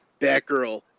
Batgirl